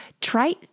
try